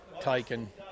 taken